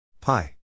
pi